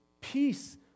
peace